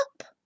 up